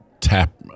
tap